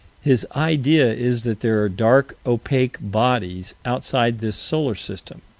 his idea is that there are dark, opaque bodies outside this solar system.